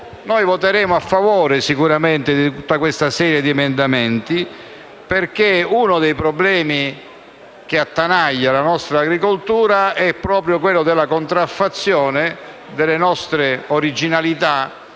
Noi voteremo sicuramente a favore di questa serie di emendamenti, perché uno dei problemi che attanaglia la nostra agricoltura è proprio la contraffazione delle nostre originalità